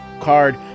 card